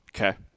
Okay